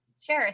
Sure